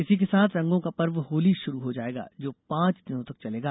इसी के साथ रंगों का पर्व होली शुरू हो जायेगा जो पांच दिनों तक चलेगा